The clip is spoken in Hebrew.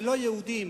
ללא יהודים,